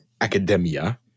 academia